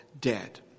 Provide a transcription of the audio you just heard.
dead